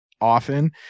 often